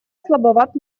слабоват